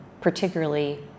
particularly